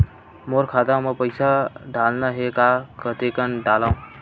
मोर खाता म पईसा डालना हे त कइसे डालव?